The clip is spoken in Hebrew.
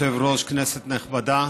כבוד היושב-ראש, כנסת נכבדה,